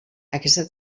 aquesta